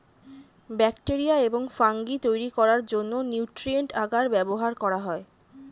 bacteria এবং fungi তৈরি করার জন্য নিউট্রিয়েন্ট আগার ব্যবহার করা হয়